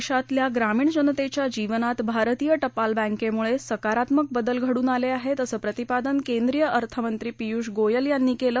देशातल्या ग्रामीण जनतेच्या जीवनात भारतीय टपाल बँकेमुळे सकारात्मक बदल घडून आले आहेत असं प्रतिपादन केंद्रीय अर्थमंत्री पियुष गोयल यांनी केलं